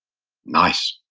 nice.